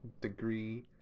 degree